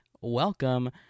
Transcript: Welcome